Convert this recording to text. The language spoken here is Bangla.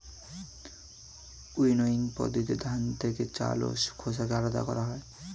উইনোইং পদ্ধতিতে ধান থেকে চাল ও খোসাকে আলাদা করা হয়